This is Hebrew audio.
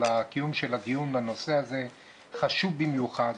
קיום הדיון בנושא הזה שהוא חשוב במיוחד.